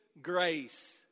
grace